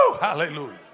Hallelujah